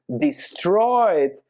destroyed